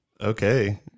Okay